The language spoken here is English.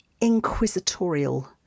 inquisitorial